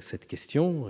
cette question.